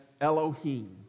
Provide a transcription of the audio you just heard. Elohim